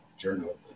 journal